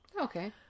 Okay